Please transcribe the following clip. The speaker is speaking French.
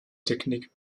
technique